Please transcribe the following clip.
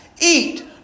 eat